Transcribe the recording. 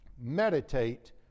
meditate